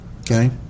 Okay